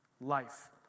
Life